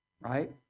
right